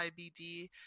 IBD